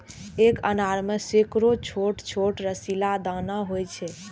एक अनार मे सैकड़ो छोट छोट रसीला दाना होइ छै